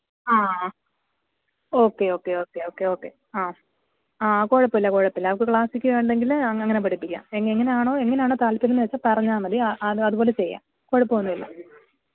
ആ okay okay okay okay okay okay അ ആ കുഴപ്പമില്ല കുഴപ്പമില്ല അവൾക്ക് ക്ലാസ്സിക്കൽ വേണ്ടെങ്കില് അങ്ങനെ പഠിപ്പിക്കാം എങ്ങനാണോ എങ്ങനാണോ താല്പര്യം എന്ന് വെച്ചാൽ പറഞ്ഞാൽ മതി അതുപോലെ ചെയ്യാം കുഴപ്പം ഒന്നുമില്ല